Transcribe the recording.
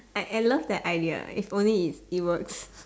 I I love that idea if only it it works